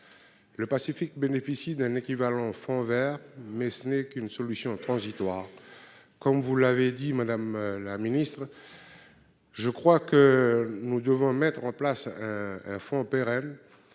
Certes, elles bénéficient d'un équivalent du Fonds vert, mais ce n'est qu'une solution transitoire. Comme vous l'avez dit, madame la ministre, nous devons mettre en place un fonds pérenne